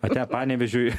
atia panevėžiui